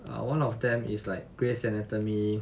err one of them is like grey's anatomy